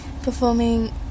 Performing